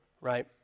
right